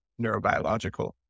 neurobiological